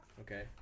Okay